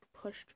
pushed